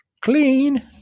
Clean